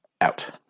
Out